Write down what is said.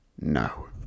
No